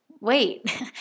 wait